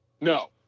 No